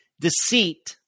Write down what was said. deceit